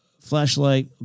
flashlight